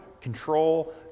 control